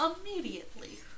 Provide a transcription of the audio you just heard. immediately